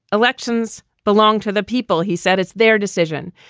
elections belong to the people, he said. it's their decision.